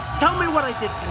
tell me what i did,